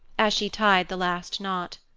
as she tied the last knot.